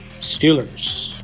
Steelers